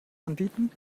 anbieten